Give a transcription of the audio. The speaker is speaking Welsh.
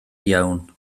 iawn